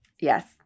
Yes